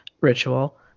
ritual